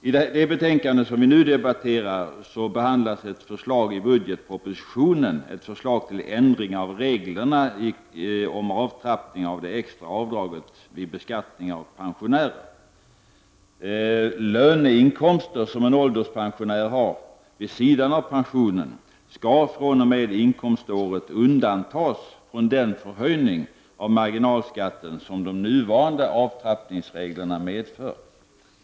I det betänkande som vi nu debatterar behandlas ett förslag i budgetpropositionen om ändring av reglerna om avtrappning av det extra avdraget vid beskattning av pensionärer. Löneinkomster som en ålderspensionär har vid sidan av pensionen skall fr.o.m. inkomståret undantas från den förhöjning av marginalskatten som de nuvarande avtrappningsreglerna medför.